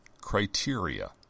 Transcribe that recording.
criteria